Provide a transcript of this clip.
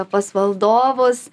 pas valdovus